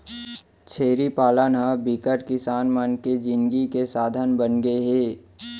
छेरी पालन ह बिकट किसान मन के जिनगी के साधन बनगे हे